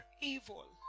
evil